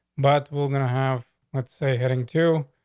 but we're gonna have, let's say, heading too.